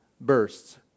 bursts